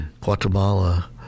guatemala